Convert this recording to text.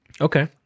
okay